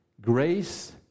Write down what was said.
Grace